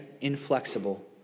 inflexible